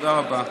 תודה רבה.